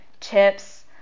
chips